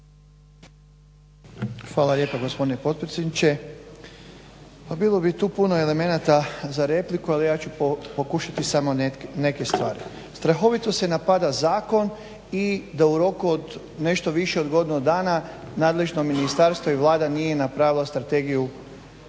Hvala lijepa gospodine potpredsjedniče. Pa bilo bi tu puno elemenata za repliku, ali ja ću pokušati samo neke stvari. Strahovito se napada zakon i da u roku od nešto više od godinu dana nadležno ministarstvo i Vlada nije napravila Strategiju